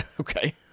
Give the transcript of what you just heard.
Okay